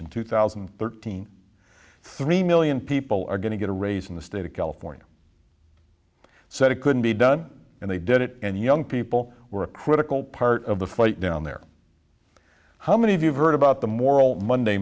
in two thousand and thirteen three million people are going to get a raise in the state of california said it couldn't be done and they did it and young people were a critical part of the flight down there how many of you've heard about the moral monday